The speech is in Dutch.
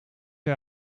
hij